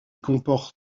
comporte